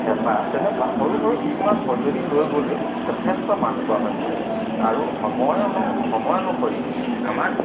চেপা তেনেকুৱা সৰু সৰু কিছুমান সঁজুলি লৈ গ'লেও যথেষ্ট মাছ পোৱা হৈছিলে আৰু সময় অনু সময় অনুসৰি আমাৰ